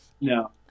No